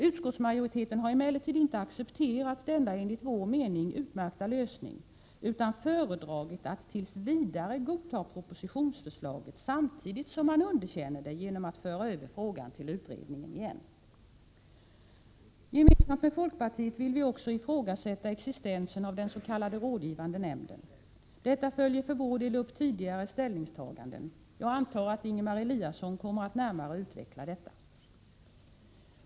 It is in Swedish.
Utskottsmajoriteten har emellertid inte accepterat denna enligt vår mening utmärkta lösning utan föredragit att tills vidare godta det oklara propositionsförslaget, samtidigt som man underkänner det genom att föra över frågan till utredning igen. Gemensamt med folkpartiet vill vi därför också ifrågasätta existensen av den s.k. rådgivande nämnden. Detta följer för vår del upp tidigare ställningstaganden. Jag antar att Ingemar Eliasson kommer att närmare utveckla detta.